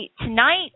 tonight